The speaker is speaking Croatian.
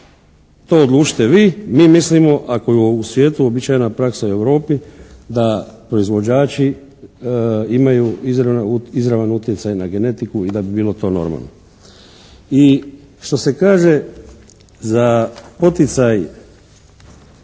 to odlučite vi? Mi mislimo, ako je u svijetu uobičajena praksa i u Europi, da proizvođači imaju izravan utjecaj na genetiku i da bi bilo to normalno. I što se kaže za poticaj